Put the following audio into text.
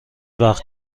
وقت